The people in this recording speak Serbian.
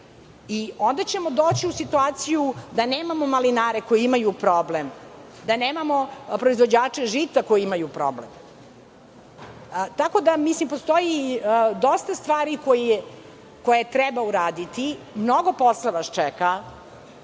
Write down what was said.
i onda ćemo doći u situaciju da nemamo malinare koji imaju problem, da nemamo proizvođače žita koji imaju problem. Tako da mislim da postoji dosta stvari koje treba uraditi. Mnogo posla vas čeka.